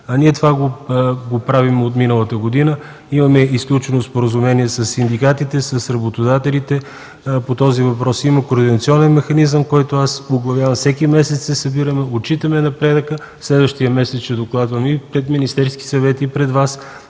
ние правим това от миналата година. Имаме сключено споразумение със синдикатите и с работодателите по този въпрос, има координационен механизъм, който оглавявам. Всеки месец се събираме, отчитаме напредъка, следващия месец ще докладвам пред Министерския съвет и в